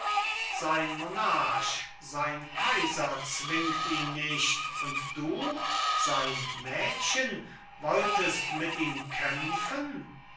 sein monarch sein kaiser zwingt ihn nicht und du sein mädchen wolltest mit ihm kämpfen